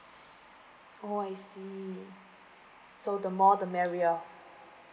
oh I see so the more the merrier